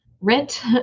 rent